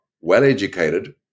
well-educated